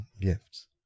gifts